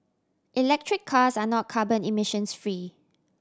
electric cars are not carbon emissions free